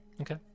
Okay